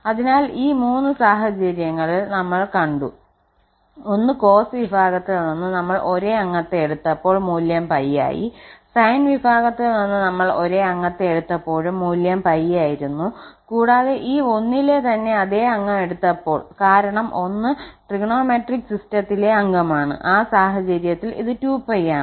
അതിനാൽ ഈ മൂന്ന് സാഹചര്യങ്ങൽ നമ്മള് കണ്ടു ഒന്ന് കോസ് വിഭാഗത്തിൽ നിന്ന് നമ്മൾ ഒരേ അംഗത്തെ എടുത്തപ്പോൾ മൂല്യം 𝜋 ആയി സൈൻ വിഭാഗത്തിൽ നിന്ന് നമ്മൾ ഒരേ അംഗത്തെ എടുത്തപ്പോഴും മൂല്യം 𝜋 ആയിരുന്നു കൂടാതെ ഈ 1 ലെ തന്നെ അതേ അംഗം എടുത്തപ്പോൾ കാരണം ഒന്ന് ട്രയഗണോമെട്രിക് സിസ്റ്റത്തിലെ അംഗമാണ് ആ സാഹചര്യത്തിൽ ഇത് 2𝜋 ആണ്